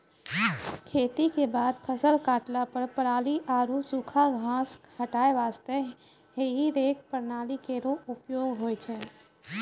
खेती क बाद फसल काटला पर पराली आरु सूखा घास हटाय वास्ते हेई रेक प्रणाली केरो उपयोग होय छै